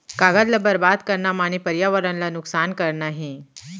कागद ल बरबाद करना माने परयावरन ल नुकसान करना हे